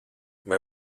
vai